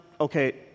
okay